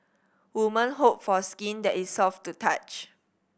woman hope for skin that is soft to touch